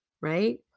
Right